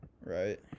right